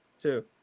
two